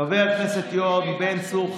חבר הכנסת יואב בן צור,